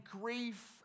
grief